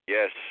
Yes